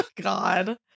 God